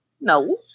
no